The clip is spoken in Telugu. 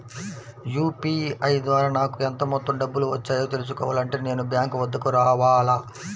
యూ.పీ.ఐ ద్వారా నాకు ఎంత మొత్తం డబ్బులు వచ్చాయో తెలుసుకోవాలి అంటే నేను బ్యాంక్ వద్దకు రావాలా?